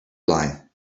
line